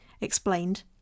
explained